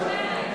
מרצ.